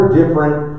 different